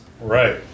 Right